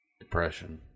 Depression